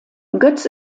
götz